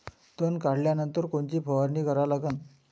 तन काढल्यानंतर कोनची फवारणी करा लागन?